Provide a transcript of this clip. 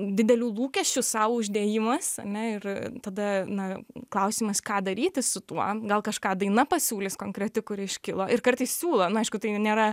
didelių lūkesčių sau uždėjimas ane ir tada na klausimas ką daryti su tuo gal kažką daina pasiūlys konkreti kuri iškilo ir kartais siūlo na aišku tai nėra